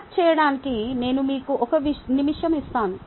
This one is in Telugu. మ్యాప్ చేయడానికి నేను మీకు 1 నిమిషం ఇస్తాను